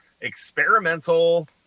experimental